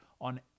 on